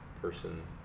person